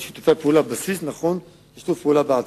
ואת הבסיס הנכון לשיתוף פעולה בעתיד.